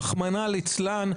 רחמנא לצלן,